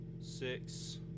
six